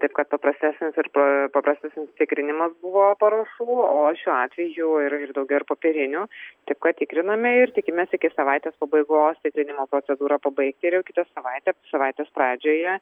taip kad paprastesnis ir paprastesnis tikrinimas buvo parašų o šiuo atveju ir ir daugiau ir popierinių taip kad tikriname ir tikimės iki savaitės pabaigos tikrinimo procedūrą pabaigti ir jau kitą savaitę savaitės pradžioje